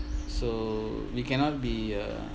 so you cannot be uh